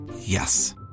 Yes